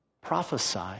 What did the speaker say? prophesy